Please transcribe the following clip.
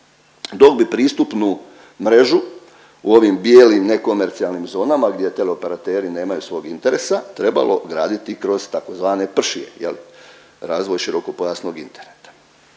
dok bi pristupnu mrežu u ovim bijelim nekomercijalnim zonama gdje teleoperateri nemaju svog interesa, trebalo graditi kroz tzv. PRŠI-je jel razvoj širokopojasnog interesa.